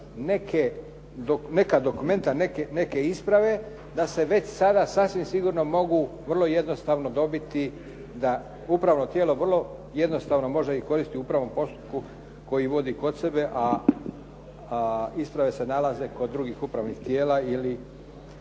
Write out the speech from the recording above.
neke dokumente, neke isprave da se već sada sasvim sigurno mogu vrlo jednostavno dobiti, da upravno tijelo vrlo jednostavno može i koristi u upravnom postupku koji vodi kod sebe, a isprave se nalaze kod drugih upravnih tijela ili